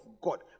God